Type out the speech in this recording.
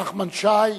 נחמן שי,